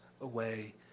away